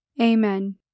Amen